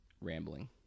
rambling